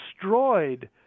destroyed